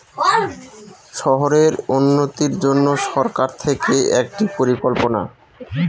শহরের উন্নতির জন্য সরকার থেকে একটি পরিকল্পনা